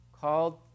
called